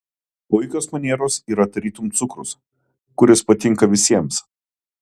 puikios manieros yra tarytum cukrus kuris patinka visiems